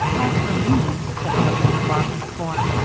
as for me, said mabel, with lofty scorn,